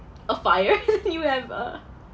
a fire and then you have a